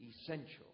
essential